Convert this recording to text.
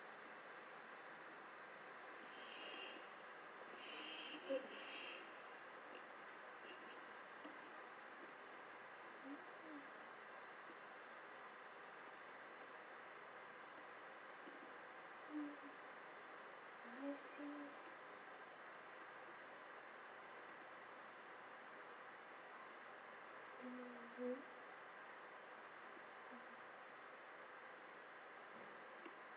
it mm mm I see mm